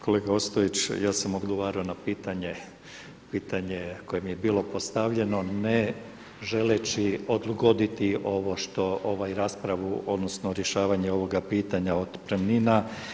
Kolega Ostojić, ja sam odgovarao na pitanje, pitanje koje mi je bilo postavljeno ne želeći odgoditi ovo što raspravu, odnosno rješavanje ovoga pitanja otpremnina.